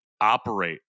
operate